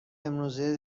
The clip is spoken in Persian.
امروزه